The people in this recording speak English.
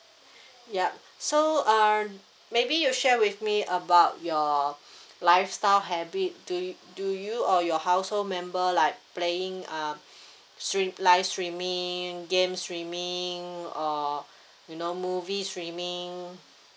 yup so uh maybe you share with me about your lifestyle habit d~ do you or your household member like playing uh strea~ live streaming game streaming or you know movie streaming